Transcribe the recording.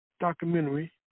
documentary